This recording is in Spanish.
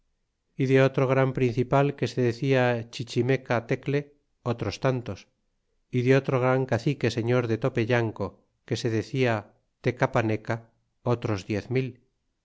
y de otro gran principal que se decia chichimeca tecle otros tantos y de otro gran cacique señor de topeyanco que se decia tecapaneca otros diez mil